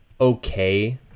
okay